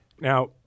Now